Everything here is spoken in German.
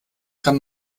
kann